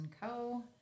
Co